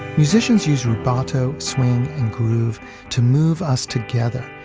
musicians use rubato, swing, and groove to move us together,